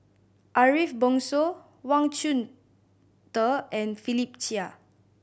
Ariff Bongso Wang Chunde and Philip Chia